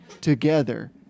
together